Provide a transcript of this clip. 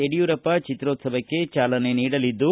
ಯಡಿಯೂರಪ್ಪ ಚಿತ್ರೋತ್ಲವಕ್ಕೆ ಚಾಲನೆ ನೀಡಲಿದ್ದು